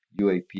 UAP